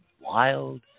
wild